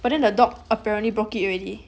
but then the dog apparently broke it already